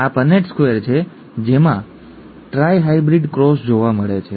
આ Punnett square છે જેમાં ટ્રાઇ હાઇબ્રિડ ક્રોસ જોવા મળે છે